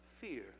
fear